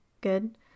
good